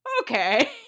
okay